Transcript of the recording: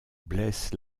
blesse